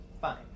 fine